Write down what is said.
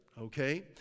Okay